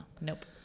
Nope